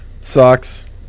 Sucks